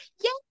yes